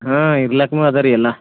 ಹಾಂ ಇರ್ಲಾಕೂ ಅದ ರೀ ಎಲ್ಲ